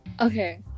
Okay